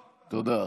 תודה.